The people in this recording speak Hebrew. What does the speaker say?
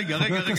רגע, רגע,